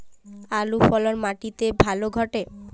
আলুর ফলন মাটি তে ভালো ঘটে?